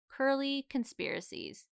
curlyconspiracies